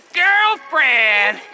girlfriend